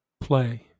play